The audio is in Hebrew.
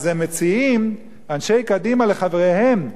אז הם מציעים, אנשי קדימה לחבריהם: